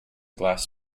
glass